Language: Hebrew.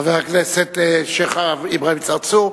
חבר הכנסת שיח' אברהים צרצור,